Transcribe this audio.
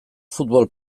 futbol